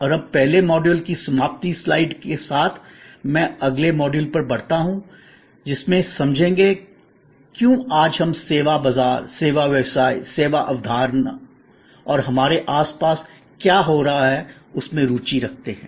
और अब पहले मॉड्यूल की समाप्ति स्लाइड के साथ मैं अगले मॉड्यूल पर बढ़ता हूं जिसमे समझेंगे क्यों आज हम सेवा बाजार सेवा व्यवसाय सेवा अवधारणा और हमारे आस पास क्या हो रहा है उसमे रुचि रखते हैं